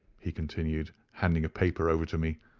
he continued, handing a paper over to me,